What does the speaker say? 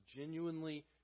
genuinely